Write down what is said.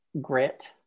grit